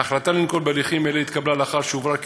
ההחלטה לנקוט הליכים אלו התקבלה לאחר שהתברר כי